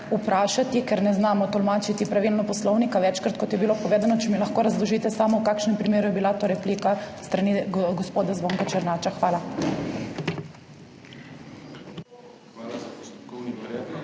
vprašati, ker ne znamo tolmačiti pravilno Poslovnika večkrat, kot je bilo povedano, če mi lahko razložite samo v kakšnem primeru je bila to replika s strani gospoda Zvonka Černača? Hvala. **PODPREDSEDNIK DANIJEL